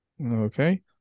Okay